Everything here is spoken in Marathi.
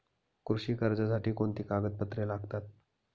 कृषी कर्जासाठी कोणती कागदपत्रे लागतात?